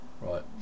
right